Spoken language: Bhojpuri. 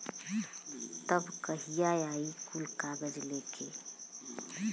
तब कहिया आई कुल कागज़ लेके?